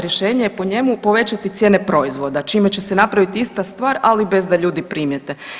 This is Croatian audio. Rješenje je po njemu povećati cijene proizvoda čime će se napravit ista stvar, ali bez da ljudi primijete.